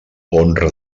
honra